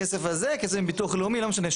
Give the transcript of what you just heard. הכסף הזה, כסף מביטוח לאומי, לא משנה.